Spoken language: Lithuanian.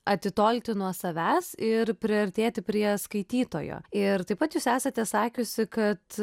atitolti nuo savęs ir priartėti prie skaitytojo ir taip pat jūs esate sakiusi kad